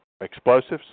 explosives